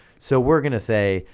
so we're gonna say,